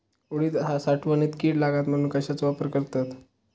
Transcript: उडीद साठवणीत कीड लागात म्हणून कश्याचो वापर करतत?